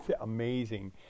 amazing